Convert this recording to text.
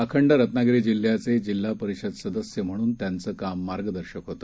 अखंड रत्नागिरी जिल्ह्याचे जिल्हा परिषद सदस्य म्हणून त्यांच काम मार्गदर्शक होत